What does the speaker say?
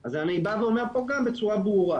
אז אני בא ואומר פה גם בצורה ברורה.